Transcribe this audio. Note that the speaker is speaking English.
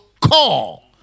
call